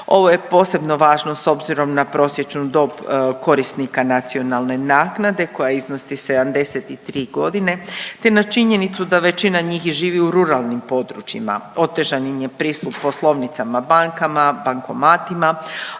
Ovo je posebno važno s obzirom na prosječnu dob korisnika nacionalne naknade koja iznosi 73 godine te na činjenicu da većina njih živi u ruralnim područjima, otežan im je pristup poslovnicama, bankama, bankomatima,